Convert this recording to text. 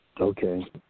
Okay